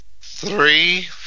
three